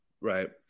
Right